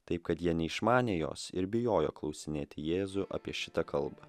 taip kad jie neišmanė jos ir bijojo klausinėti jėzų apie šitą kalbą